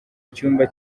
icyumba